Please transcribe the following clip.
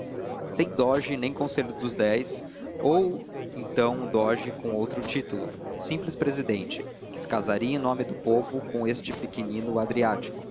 sem doge nem conselho dos dez ou então um doge com outro título um simples presidente que se casaria em nome do povo com este pequenino